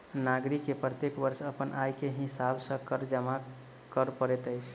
नागरिक के प्रत्येक वर्ष अपन आय के हिसाब सॅ कर जमा कर पड़ैत अछि